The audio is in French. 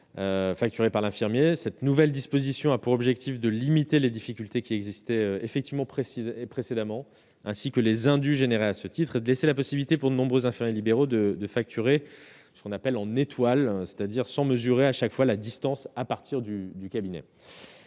facturé par l'infirmier, cette nouvelle disposition a pour objectif de limiter les difficultés qui existait effectivement précisé précédemment, ainsi que les uns du général, à ce titre, de laisser la possibilité pour de nombreuses affaires libéraux de de facturer ce qu'on appelle en étoile, c'est-à-dire sans mesurer à chaque fois, la distance à partir du du cabinet